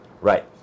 right